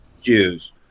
Jews